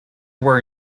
were